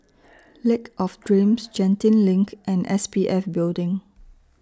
Lake of Dreams Genting LINK and S P F Building